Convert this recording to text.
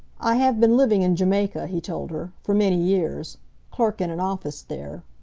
i have been living in jamaica, he told her, for many years clerk in an office there.